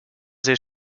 sehr